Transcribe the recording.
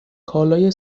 کالای